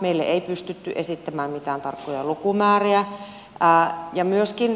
meille ei pystytty esittämään mitään tarkkoja lukumääriä